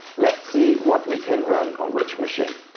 let's see what we can run on which machine.